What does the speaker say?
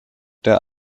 der